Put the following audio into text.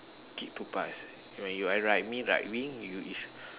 kick to pass when you are right mid right wing you is